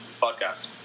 podcast